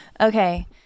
Okay